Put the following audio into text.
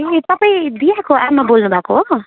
ए तपाईँ दियाको आमा बोल्नुभएको हो